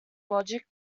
logic